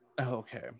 Okay